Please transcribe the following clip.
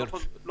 מאילו סיבות?